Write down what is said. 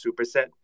superset